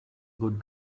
good